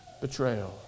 betrayal